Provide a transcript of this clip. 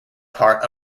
part